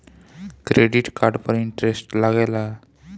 Credit card पर interest लागेला?